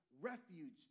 Refuge